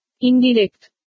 Indirect